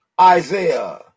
Isaiah